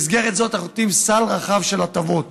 במסגרת זו אנחנו נותנים סל רחב של הטבות: